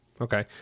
Okay